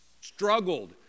struggled